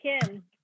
Kim